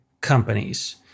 companies